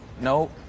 No